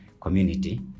community